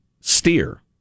steer